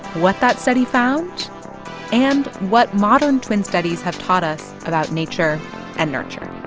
what that study found and what modern twin studies have taught us about nature and nurture